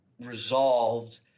resolved